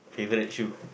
favorite shoe